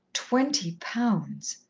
twenty pounds.